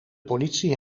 politie